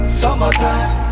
summertime